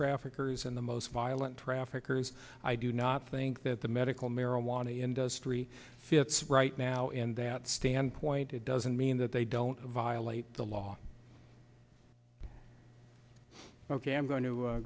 traffickers and the most violent traffickers i do not think that the medical marijuana industry fits right now in that standpoint it doesn't mean that they don't violate the law ok i'm going to